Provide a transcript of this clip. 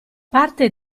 parte